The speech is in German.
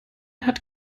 hat